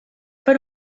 per